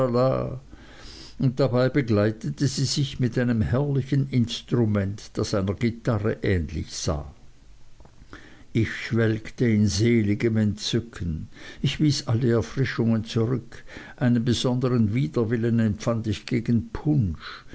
und dabei begleitete sie sich mit einem herrlichen instrument das einer gitarre ähnlich sah ich schwelgte in seligem entzücken ich wies alle erfrischungen zurück einen besondern widerwillen empfand ich gegen punsch